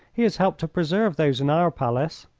he has helped to preserve those in our palace.